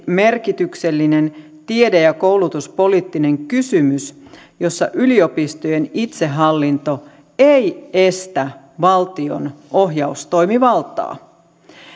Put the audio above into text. merkityksellinen tiede ja koulutuspoliittinen kysymys jossa yliopistojen itsehallinto ei estä valtion ohjaustoimivaltaa